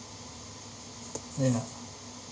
ya